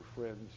friends